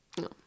No